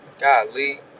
Golly